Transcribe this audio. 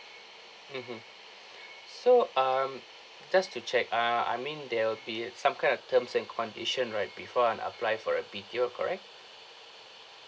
mmhmm so um just to check ah I mean there'll be some kind of terms and condition right before I apply for a B_T_O correct